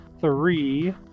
three